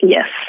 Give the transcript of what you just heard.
Yes